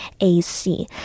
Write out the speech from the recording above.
AC